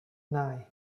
nine